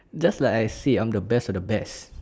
just like I said I am the best of the best